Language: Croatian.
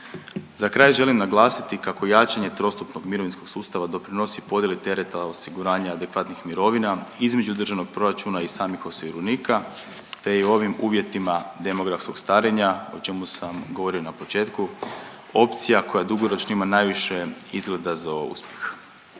Za kraj želim naglasiti kako jačanje trostupnog mirovinskog sustava doprinosi podijeli tereta osiguranja adekvatnih mirovina između Državnog proračuna i samih osiguranika, te i ovim uvjetima demografskog starenja, o čemu sam govorio na početku, opcija koja dugoročno ima najviše izgleda za uspjeh.